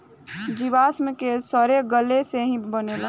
जीवाश्म के सड़े गले से ई बनेला